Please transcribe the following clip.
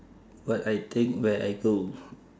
what I take where I go